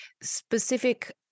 specific